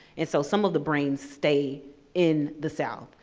and so some of the brains stay in the south.